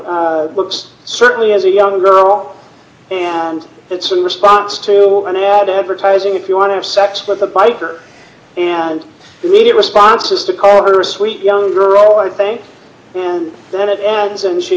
books certainly as a young girl and it's in response to an ad advertising if you want to have sex with a biker and immediate response is to call her a sweet young girl i think and then it ends and she